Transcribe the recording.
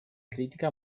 critica